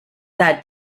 that